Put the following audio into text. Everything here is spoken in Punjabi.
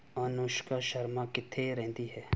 ਅਨੁਸ਼ਕਾ ਸ਼ਰਮਾ ਕਿੱਥੇ ਰਹਿੰਦੀ ਹੈ